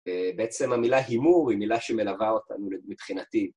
ובעצם המילה הימור היא מילה שמלווה אותנו מבחינתי.